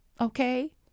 Okay